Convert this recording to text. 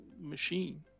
machine